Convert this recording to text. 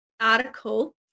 article